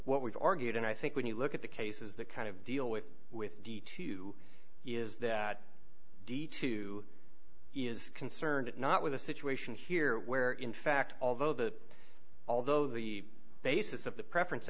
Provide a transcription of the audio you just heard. what we've argued and i think when you look at the cases that kind of deal with with the two is that the two is concerned not with a situation here where in fact although that although the basis of the preference